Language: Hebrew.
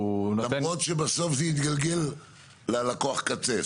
נותן --- למרות שבסוף זה יתגלגל ללקוח הקצה.